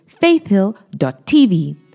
faithhill.tv